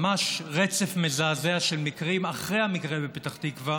ממש רצף מזעזע של מקרים אחרי המקרה בפתח תקווה